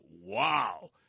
wow